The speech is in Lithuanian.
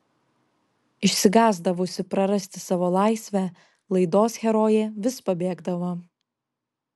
išsigąsdavusi prarasti savo laisvę laidos herojė vis pabėgdavo